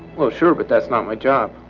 well, sure, but that's not my job.